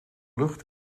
lucht